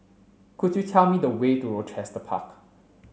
could you tell me the way to Rochester Park